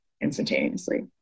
instantaneously